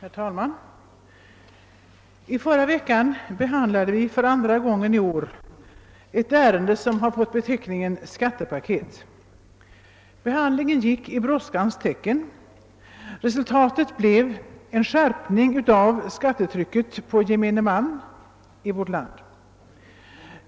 Herr talman! I förra veckan behandlade vi för andra gången i år ett ärende, som har fått beteckningen »skattepaket». Behandlingen gick i brådskans tecken, och resultatet blev en skärpning av skattetrycket på gemene man i vårt land.